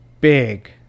big